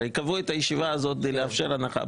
הרי קבעו את הישיבה הזאת כדי לאפשר הנחה,